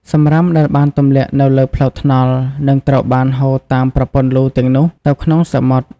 សំរាមដែលបានទម្លាក់នៅលើផ្លូវថ្នល់ នឹងត្រូវបានហូរតាមប្រព័ន្ធលូទាំងនោះទៅក្នុងសមុទ្រ។